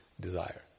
desire